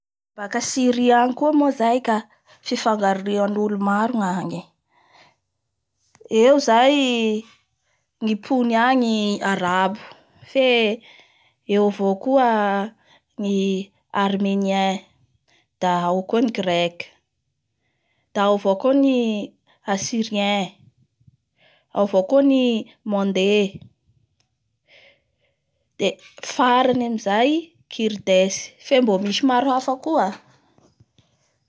Baka Siry agny koa moa zay ka fifangaroan'olo maro ny agny eo zay eo zay ny pony agny Arabo, fe eo avao koa ngy armenien da ao koa ny grec da ao avao koa ny assirien ao avao koa ny monde, farany amizay Ckurdes fe mbo misy maro hafa koa.